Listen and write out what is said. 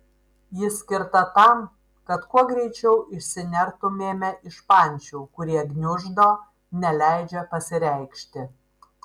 ji skirta tam kad kuo greičiau išsinertumėme iš pančių kurie gniuždo neleidžia pasireikšti